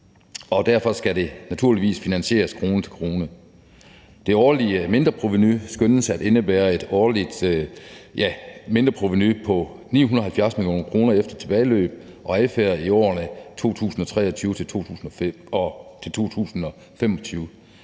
derfor skal det naturligvis finansieres krone til krone. Det årlige mindreprovenu skønnes at blive på 970 mio. kr. efter tilbageløb og adfærd i årene 2023-2025